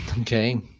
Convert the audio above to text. Okay